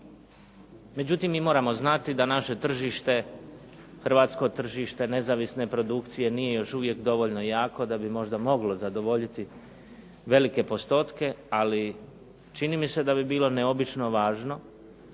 Međutim, mi moramo znati da naše tržište, hrvatsko tržište nezavisne produkcije nije još uvijek dovoljno jako da bi možda moglo zadovoljiti velike postotke, ali čini mi se da bi bilo neobično važno,